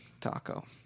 taco